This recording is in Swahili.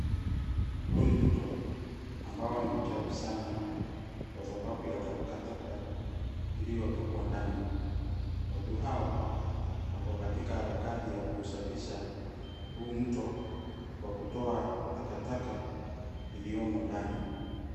Huu ni mto ambao ni mchafu sana kwa sababu ya takataka iliyotupwa ndani. Watu hawa wako katika harakati ya kuusafisha huu mto kwa kutoa takataka iliyomo ndani.